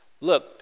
look